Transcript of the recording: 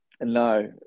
No